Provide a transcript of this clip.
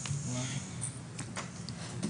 נא להמשיך בהקראה.